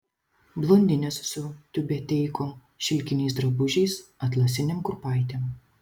blondinės su tiubeteikom šilkiniais drabužiais atlasinėm kurpaitėm